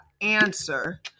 answer